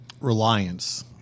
reliance